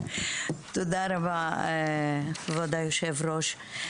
תודה רבה, כבוד היושב-ראש.